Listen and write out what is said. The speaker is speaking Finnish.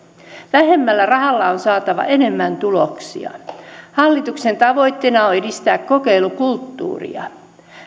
vähemmällä rahalla on saatava enemmän tuloksia hallituksen tavoitteena on edistää kokeilukulttuuria